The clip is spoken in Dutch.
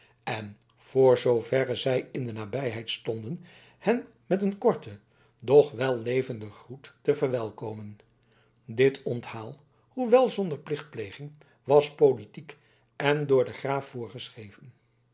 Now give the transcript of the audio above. en voor zooverre zij in de nabijheid stonden hen met een korten doch wellevenden groet te verwelkomen dit onthaal hoewel zonder plichtpleging was politiek en door den graaf voorgeschreven